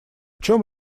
чем